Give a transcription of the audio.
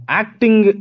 acting